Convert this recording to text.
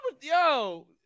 yo